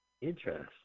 Interesting